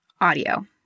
audio